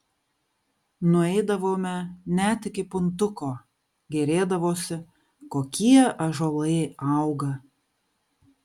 nueidavome net iki puntuko gėrėdavosi kokie ąžuolai auga